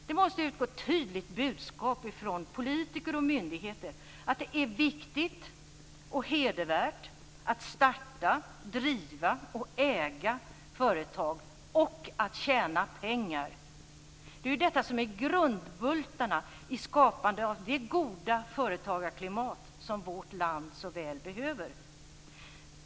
Det måste utgå ett tydligt budskap från politiker och myndigheter att det är viktigt och hedervärt att starta, driva och äga företag och att tjäna pengar. Det är detta som är grundbultarna i skapandet av det goda företagarklimat som vårt land så väl behöver.